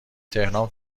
تهران